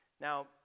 Now